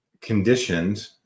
conditioned